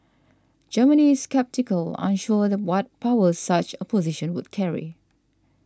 Germany sceptical unsure what powers such a position would carry